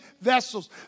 vessels